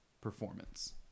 performance